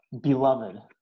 Beloved